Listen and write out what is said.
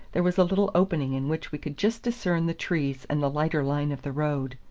there was a little opening in which we could just discern the trees and the lighter line of the road.